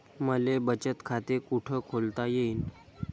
मले बचत खाते कुठ खोलता येईन?